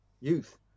youth